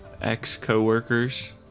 Ex-co-workers